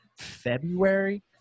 February